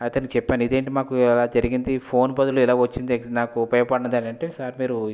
అతనికి చెప్పాను ఇదేంటీ మాకు ఇలా జరిగింది ఫోన్ బదులు ఇలా వచ్చింది నాకు ఉపయోగపడనిది అంటే సార్ మీరు